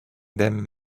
them